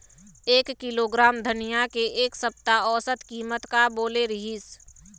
एक किलोग्राम धनिया के एक सप्ता औसत कीमत का बोले रीहिस?